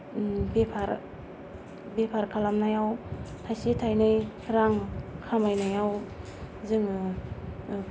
बेफार बेफार खालामनायाव थायसे थायनै रां खामायनायाव जोङो